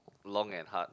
long and hard